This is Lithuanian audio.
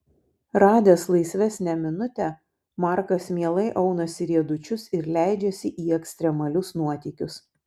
radęs laisvesnę minutę markas mielai aunasi riedučius ir leidžiasi į ekstremalius nuotykius